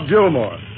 Gilmore